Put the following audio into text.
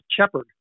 shepherd